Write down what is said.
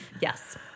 Yes